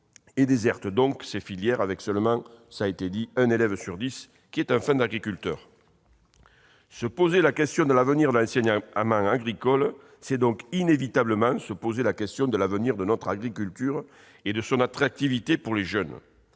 désertent ces filières-comme cela a été dit, seulement un élève sur dix est un enfant d'agriculteurs. Se poser la question de l'avenir de l'enseignement agricole, c'est donc inévitablement se poser celle de l'avenir de notre agriculture et de son attractivité pour les jeunes.